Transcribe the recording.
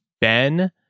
Ben